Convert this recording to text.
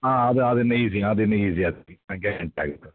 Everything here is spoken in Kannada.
ಹಾಂ ಅದು ಅದಿನ್ನೂ ಈಸಿ ಅದಿನ್ನೂ ಈಸಿ ಗ್ಯಾರಂಟಿ ಆಗುತ್ತೆ